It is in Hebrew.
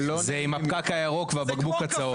זה עם הפקק הירוק והבקבוק הצהוב.